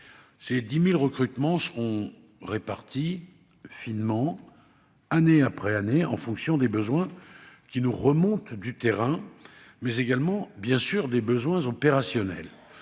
Ces 10 000 recrutements seront répartis finement, année après année, en fonction des besoins qui nous remontent du terrain, mais également des besoins opérationnels.